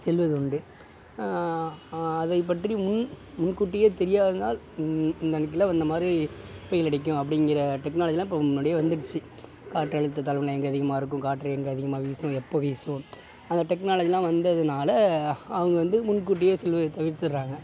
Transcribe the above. செல்வது உண்டு அதை பற்றி முன் முன் கூட்டியே தெரியா வந்தால் இந்தன் கீழே வந்த மாதிரி புயலடிக்கும் அப்படிங்கிற டெக்னாலஜிலாம் இப்போ முன்னாடியே வந்துடுச்சு காற்றழுத்த தாழ்வு எல்லாம் எங்கே அதிகமாக இருக்கும் காற்று எங்கே அதிகமாக வீசும் எப்போ வீசும் அந்த டெக்னாலஜிலாம் வந்ததுனால் அவங்க வந்து முன்கூட்டியே செல்வது தவிர்த்து விட்றாங்க